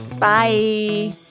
Bye